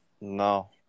No